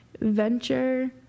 venture